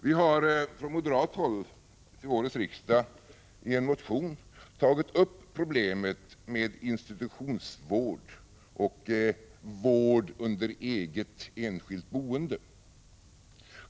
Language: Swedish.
Vi har från moderat håll till årets riksmöte i en motion tagit upp problemet med institutionsvård och vård i eget, enskilt boende.